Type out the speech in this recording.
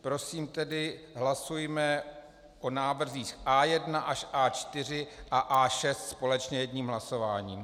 Prosím tedy hlasujme o návrzích A1 až A4 a A6 společně jedním hlasováním.